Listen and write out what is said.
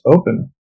open